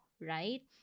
right